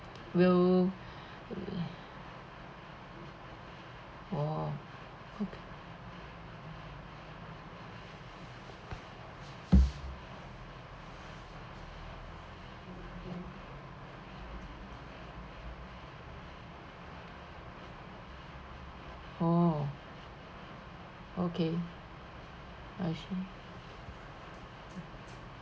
will oh okay oh okay I see